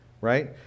right